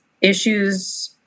issues